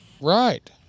Right